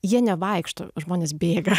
jie nevaikšto žmonės bėga